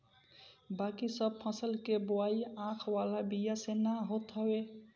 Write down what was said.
बाकी सब फसल के बोआई आँख वाला बिया से ना होत हवे